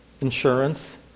Insurance